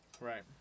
Right